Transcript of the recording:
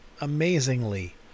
amazingly